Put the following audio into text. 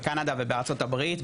בקנדה ובארצות הברית.